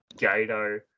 Gato